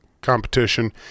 competition